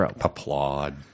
applaud